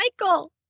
Michael